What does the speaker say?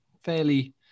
fairly